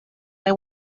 they